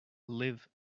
live